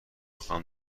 خوام